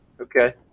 okay